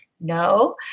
No